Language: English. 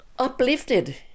uplifted